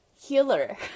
healer